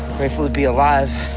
grateful to be alive,